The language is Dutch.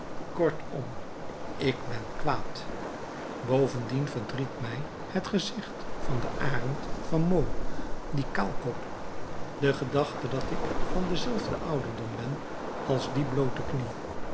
kortom ik ben kwaad bovendien verdriet mij het gezicht van den arend van meaux dien kaalkop de gedachte dat ik van denzelfden ouderdom ben als die bloote knie